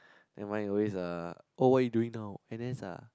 then mine always uh oh what are you doing now N_S ah